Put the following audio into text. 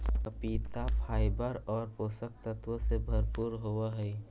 पपीता फाइबर और पोषक तत्वों से भरपूर होवअ हई